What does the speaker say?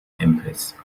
empress